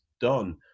done